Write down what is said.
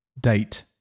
Date